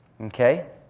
Okay